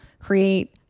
create